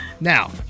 Now